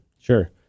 Sure